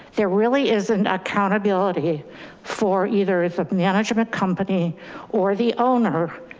there really isn't accountability for either the management company or the owner.